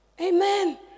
Amen